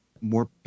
more